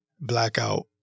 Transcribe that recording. blackout